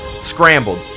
Scrambled